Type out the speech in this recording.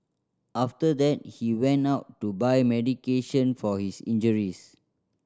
after that he went out to buy medication for his injuries